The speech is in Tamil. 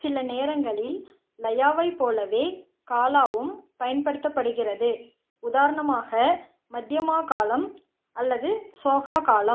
சில நேரங்களில் லயாவைப் போலவே காலாவும் பயன்படுத்தப்படுகிறது உதாரணமாக மத்யமா காலம் அல்லது சோகா காலம்